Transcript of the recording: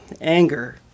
anger